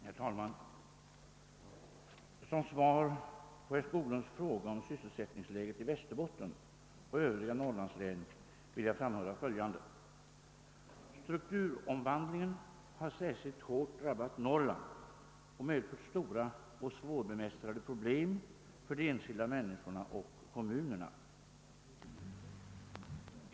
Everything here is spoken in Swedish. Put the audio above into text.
Herr talman! Som svar på herr Skoglunds fråga om sysselsättningsläget i Västerbotten och övriga Norrlandslän vill jag framhålla följande. Strukturomvandlingen har särskilt hårt drabbat Norrland och medfört stora och svårbemästrade problem för de enskilda människorna och kommunerna.